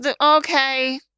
okay